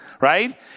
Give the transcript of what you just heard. right